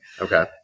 Okay